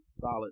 solid